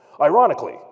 Ironically